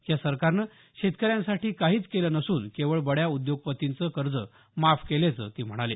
या सरकारनं शेतकऱ्यांसाठी काहीच केलं नसून केवळ बड्या उद्योगपतींचं कर्ज माफ केल्याचं ते म्हणाले